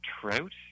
trout